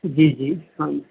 ਜੀ ਜੀ ਹਾਂਜੀ